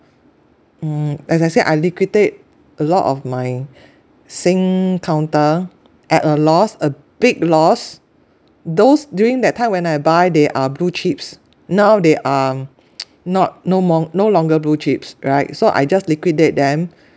mm as I say I liquidate a lot of my sing counter at a loss a big loss those during that time when I buy they are blue chips now they are not no more no longer blue chips right so I just liquidate them